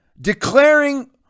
declaring